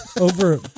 over